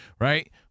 right